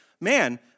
man